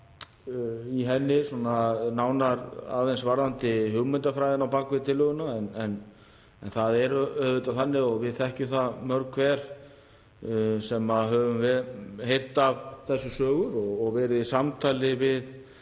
í henni aðeins nánar varðandi hugmyndafræðina á bak við tillöguna. Það er auðvitað þannig og við þekkjum það mörg hver sem höfum heyrt af þessu sögur og verið í samtali við